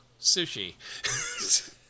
Sushi